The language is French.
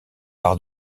par